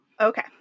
Okay